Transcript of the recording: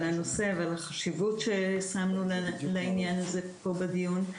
על הנושא ועל החשיבות שנתתם לעניין הזה בדיון.